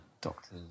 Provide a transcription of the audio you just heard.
doctors